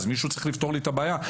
מישהו צריך לפתור לי את הבעיה.